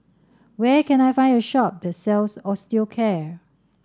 where can I find a shop that sells Osteocare